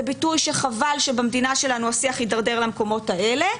זה ביטוי שחבל שבמדינה שלנו השיח הידרדר למקומות האלה,